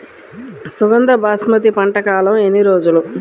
సుగంధ బాస్మతి పంట కాలం ఎన్ని రోజులు?